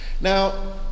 Now